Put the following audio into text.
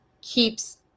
keeps